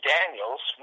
Daniels